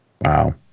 Wow